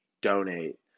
donate